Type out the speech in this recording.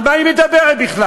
על מה היא מדברת בכלל?